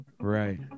Right